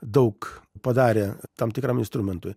daug padarė tam tikram instrumentui